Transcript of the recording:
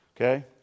Okay